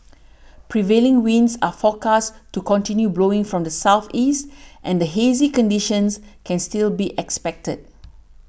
prevailing winds are forecast to continue blowing from the southeast and the hazy conditions can still be expected